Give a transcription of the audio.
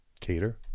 cater